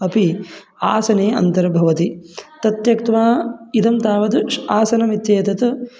अपि आसने अन्तर्भवति तत् त्यक्त्वा इदं तावत् आसनमित्येतत्